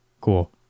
cool